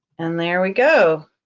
and there we go.